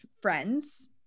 friends